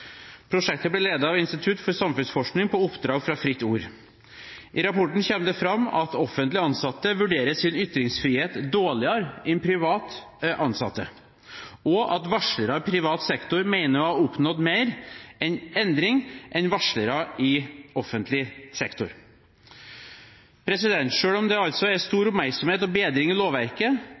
Prosjektet ble ledet av Institutt for samfunnsforskning på oppdrag fra Fritt Ord. I rapporten kommer det fram at offentlig ansatte vurderer sin ytringsfrihet dårligere enn privat ansatte, og at varslere i privat sektor mener å ha oppnådd mer endring enn varslere i offentlig sektor. Selv om det altså er stor oppmerksomhet og bedring i lovverket,